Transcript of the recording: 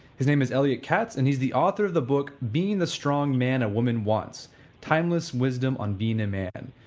his name is elliot katz and he is the author of the book being the strong man a woman wants timeless wisdom on being a man.